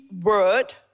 word